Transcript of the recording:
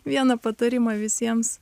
vieną patarimą visiems